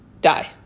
die